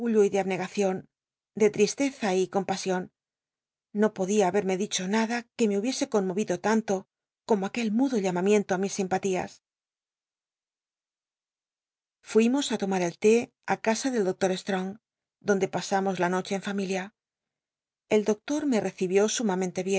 y de abncgacion de tristcza y compasion no poclia haberme dicho nada que me hubiese conmovido t anto como ai uel mudo llamamiento á mis simpatías fuimos á tomar el té ú casa del doctor slrong donde pasamos la noche en fam ilia el doctor me recibió sumamente